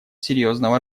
серьезного